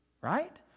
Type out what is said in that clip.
right